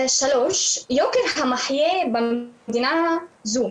שלוש, יוקר המחיה במדינה זו.